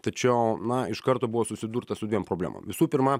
tačiau na iš karto buvo susidurta su dviem problemom visų pirma